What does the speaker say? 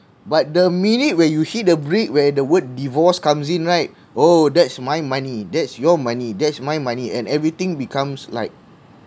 but the minute where you hit the brick where the word divorce comes in right oh that's my money that's your money that's my money and everything becomes like